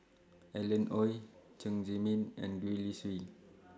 Alan Oei Chen Zhiming and Gwee Li Sui